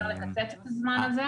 לקצר את הזמן הזה?